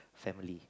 family